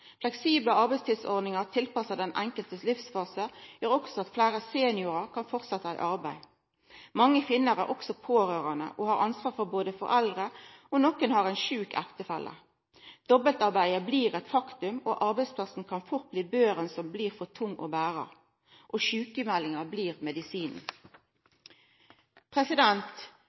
Fleksible arbeidstidsordningar, tilpassa den enkelte sin livsfase, gjer også at fleire seniorar kan fortsetta i arbeid. Mange kvinner er også pårørande og har ansvar for foreldre, og somme har sjuk ektefelle. Dobbeltarbeidet blir eit faktum, og arbeidsplassen kan fort bli børa som blir for tung å bera, og sjukmeldinga blir